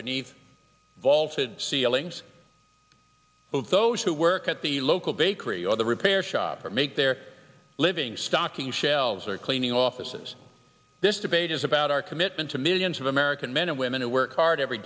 beneath vaulted ceilings of those who work at the local bakery or the repair shop or make their living stocking shelves or cleaning offices this debate is about our commitment to millions of american men and women who work hard every